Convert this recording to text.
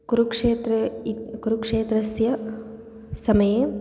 कुरुक्षेत्रे इति कुरुक्षेत्रस्य समये